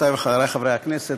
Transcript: חברותיי וחבריי חברי הכנסת,